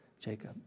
Jacob